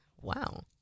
wow